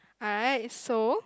I like so